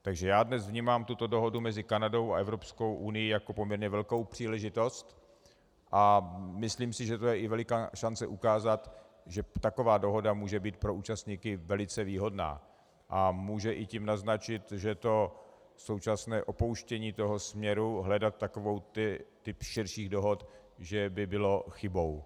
Takže já dnes vnímám tuto dohodu mezi Kanadou a Evropskou unií jako poměrně velkou příležitost a myslím si, že to je i veliká šance ukázat, že taková dohoda může být pro účastníky velice výhodná, a může i tím naznačit, že to současné opouštění toho směru hledat takový typ širších dohod by bylo chybou.